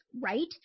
right